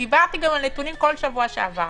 ודיברתי גם על הנתונים משבוע שעבר.